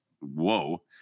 whoa